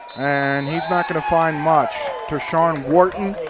and he's not going to find much. tershawn wharton,